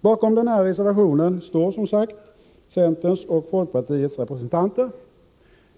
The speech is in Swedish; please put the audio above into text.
Bakom den här reservationen står som sagt centerns och folkpartiets representanter.